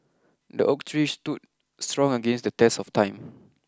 the oak tree stood strong against the test of time